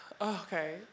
Okay